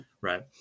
right